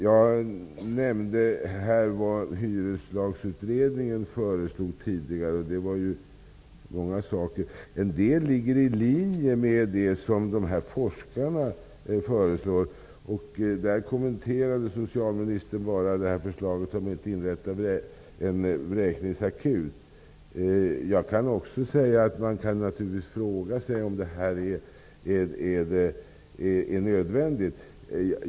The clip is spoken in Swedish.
Jag nämnde vad Hyreslagsutredningen föreslog tidigare. Det var många saker, och en del ligger i linje med det som forskarna föreslår. Socialministern kommenterade bara förslaget om inrättande av en vräkningsakut. Man kan naturligtvis fråga sig om det är nödvändigt.